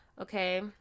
Okay